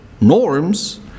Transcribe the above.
norms